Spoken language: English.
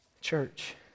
Church